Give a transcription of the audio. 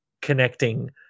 connecting